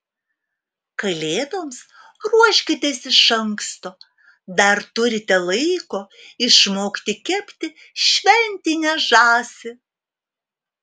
kalėdoms ruoškitės iš anksto dar turite laiko išmokti kepti šventinę žąsį